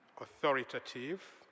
authoritative